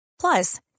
Plus